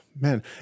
man